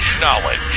Knowledge